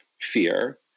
fear